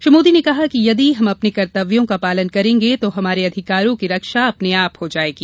श्री मोदी ने कहा कि यदि हम अपने कर्तव्यों का पालन करेंगे तो हमारे अधिकारों की रक्षा अपने आप हो जायेगी